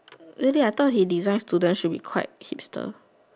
really I thought he design student should be quite hipster